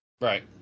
Right